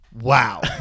Wow